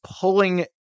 pulling